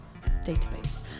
database